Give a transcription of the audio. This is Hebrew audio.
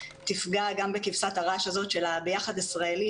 תפגע גם בכבשת הרש הזאת של הביחד הישראלי,